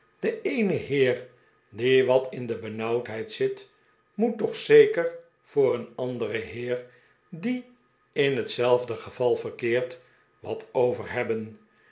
de eene heer die wat in de benauwdheid zit moet toch zeker voor een anderen heer die in hetzelfde geval verkeert wat over hebben